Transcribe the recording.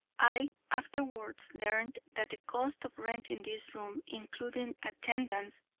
i afterwards learned that the cost of renting this room, including attendance,